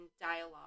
dialogue